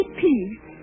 peace